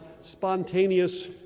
spontaneous